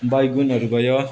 बैगुनहरू भयो